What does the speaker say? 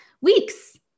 weeks